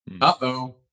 Uh-oh